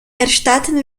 erstatten